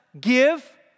give